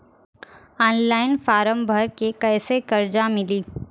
Online form भर के कैसे कर्जा मिली?